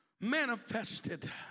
manifested